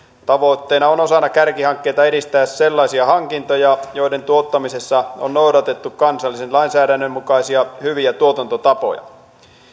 tavoitteena on osana kärkihankkeita edistää sellaisia hankintoja joiden tuottamisessa on noudatettu kansallisen lainsäädännön mukaisia hyviä tuotantotapoja